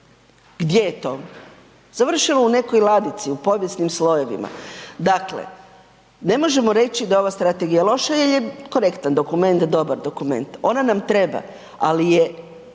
Gdje je to? Završilo u nekoj ladici u povijesnim slojevima. Dakle, ne možemo reći da je ova strategija loša jer je korektan dokument, dobar dokument, ona nam treba, ali je